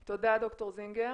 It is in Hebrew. תודה, ד"ר זינגר.